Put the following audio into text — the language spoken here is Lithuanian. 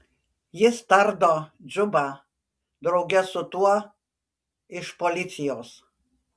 jis tardo džubą drauge su tuo iš policijos